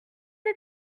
vos